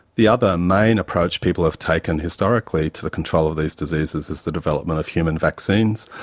the other main approach people have taken historically to the control of these diseases is the development of human vaccines,